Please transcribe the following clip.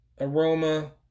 aroma